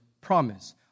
promise